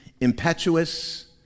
impetuous